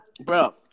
Bro